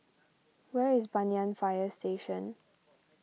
where is Banyan Fire Station